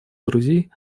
друзей